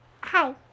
Hi